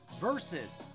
versus